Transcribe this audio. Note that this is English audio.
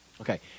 Okay